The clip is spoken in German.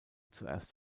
zuerst